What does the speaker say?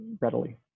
readily